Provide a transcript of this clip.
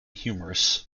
humorous